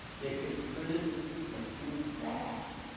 they can turn it into something bad